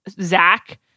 Zach